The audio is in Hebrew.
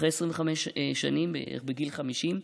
ואחרי 25 שנים, בגיל 50,